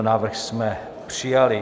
Návrh jsme přijali.